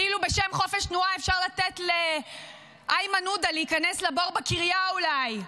כאילו בשם חופש תנועה אפשר לתת איימן עודה להיכנס לבור בקריה אולי.